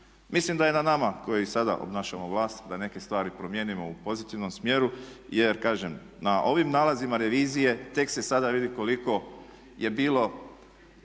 Mislim da je na nama koji sada obnašamo vlast da neke stvari promijenimo u pozitivnom smjeru jer kažem na ovim nalazima revizije tek se sada vidi koliko je bilo